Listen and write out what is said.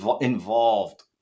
involved